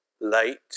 late